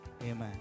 Amen